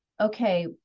okay